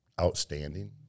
outstanding